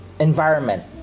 environment